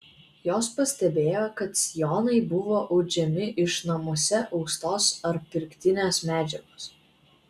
jos pastebėjo kad sijonai buvo audžiami iš namuose austos ar pirktinės medžiagos